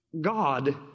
God